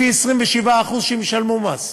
לפי 27% שהן ישלמו מס.